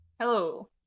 Hello